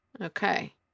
Okay